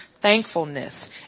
thankfulness